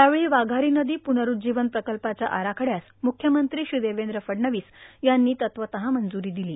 यावेळी वाघारो नदों पुनरुज्जीवन प्रकल्पाच्या आराखड्यास म्रख्यमंत्री श्री देवद्र फडणवीस यांनी तत्वतः मंजूरों दिलो